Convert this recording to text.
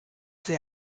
sehr